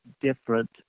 different